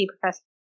Professor